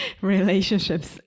Relationships